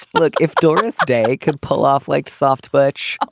look if doris day can pull off like soft but touch.